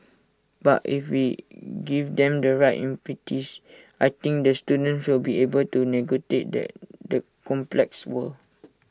but if we give them the right impetus I think the students will be able to negotiate that the complex world